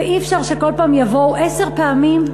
ואי-אפשר שכל פעם יבואו, עשר פעמים.